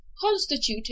constituted